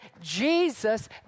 Jesus